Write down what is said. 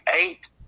eight